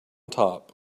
top